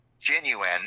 genuine